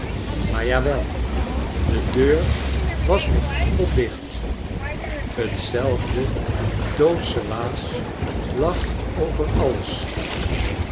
maar jawel de deur was nog pofcdicht hetzelfde doodsche waas lag over alles